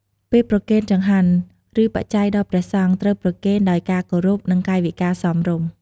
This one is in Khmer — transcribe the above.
ពេលប្រគេនចង្ហាន់ ឬបច្ច័យដល់ព្រះសង្ឃ ត្រូវប្រគេនដោយការគោរព និងកាយវិការសមរម្យ។